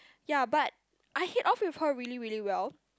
ya but I hit off with her really really well